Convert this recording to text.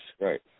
Right